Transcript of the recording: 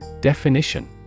Definition